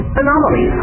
anomaly